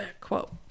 Quote